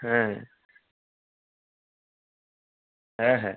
হ্যাঁ হ্যাঁ হ্যাঁ